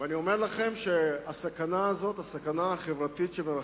ואני אומר לכם שהסכנה הזאת, הסכנה החברתית